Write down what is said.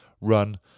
run